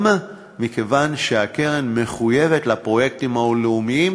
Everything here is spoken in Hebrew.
גם מכיוון שהקרן מחויבת לפרויקטים הלאומיים,